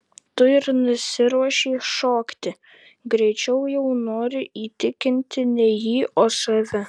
tu ir nesiruošei šokti greičiau jau noriu įtikinti ne jį o save